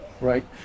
right